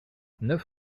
neuf